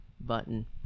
button